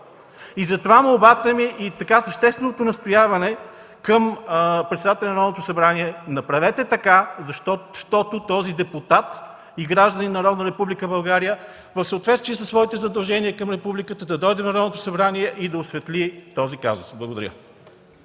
Затова молбата и същественото ми настояване е към председателя на Народното събрание: направете така, щото този депутат и гражданин на Република България в съответствие със своите задължения към републиката да дойде в Народното събрание и да осветли този казус. Благодаря.